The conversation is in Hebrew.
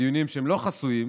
בדיונים שהם לא חסויים,